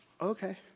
Okay